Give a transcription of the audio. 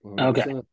Okay